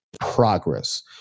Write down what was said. progress